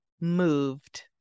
moved